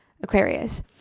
Aquarius